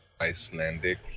icelandic